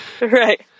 Right